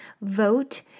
Vote